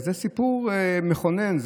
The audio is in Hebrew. זה סיפור מכונן.